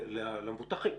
למבוטחים,